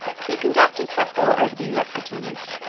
he conducted sapor over the euphrates,